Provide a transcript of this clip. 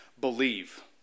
Believe